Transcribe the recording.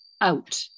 out